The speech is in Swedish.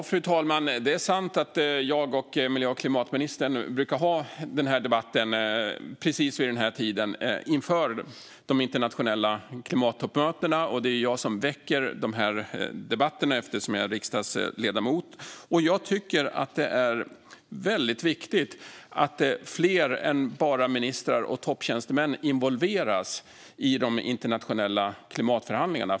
Fru talman! Det är sant att jag och miljö och klimatministern brukar ha den här debatten precis vid den här tiden, inför de internationella klimattoppmötena. Det är jag som väcker dessa debatter, eftersom jag är riksdagsledamot. Jag tycker att det är väldigt viktigt att fler än bara ministrar och topptjänstemän involveras i de internationella klimatförhandlingarna.